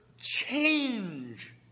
change